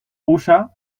usa